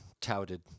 touted